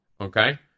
okay